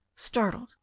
startled